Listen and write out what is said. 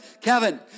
Kevin